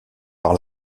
par